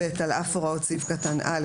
(ב) על אף הוראות סעיף קטן (א)